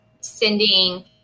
sending